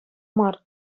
мар